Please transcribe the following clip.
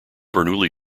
bernoulli